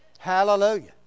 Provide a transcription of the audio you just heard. Hallelujah